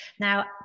Now